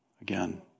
Again